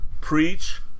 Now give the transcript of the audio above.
preach